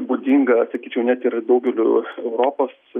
būdinga sakyčiau net ir daugeliui europos